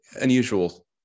unusual